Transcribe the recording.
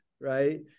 right